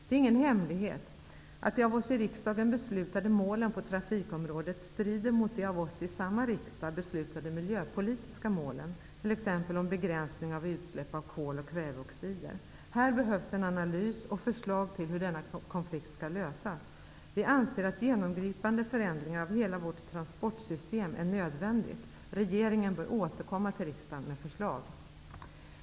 Det är ingen hemlighet att de av oss i riksdagen beslutade målen på trafikområdet strider mot de av oss i samma riksdag beslutade miljöpolitiska målen, t.ex. om begränsning av utsläpp av kol och kväveoxider. Här behövs en analys och förslag till hur denna konflikt skall lösas. Vi anser att genomgripande förändringar av hela vårt transportsystem är nödvändigt. Regeringen bör återkomma till riksdagen med förslag.